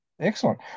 Excellent